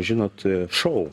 žinot šou